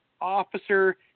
Officer